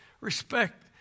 respect